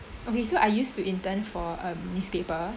okay so I used to intern for a newspaper